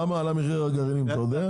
למה עלה מחיר הגרעינים אתה יודע?